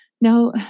Now